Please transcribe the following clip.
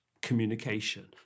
communication